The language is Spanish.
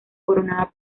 coronada